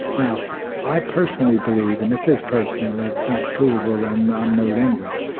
now i personally believe and this is personal, it's not provable and i'm no linguist,